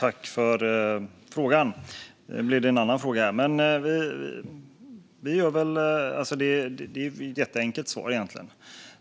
Fru talman! Jag tackar för frågan. Svaret är egentligen jätteenkelt. Dessa